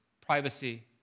privacy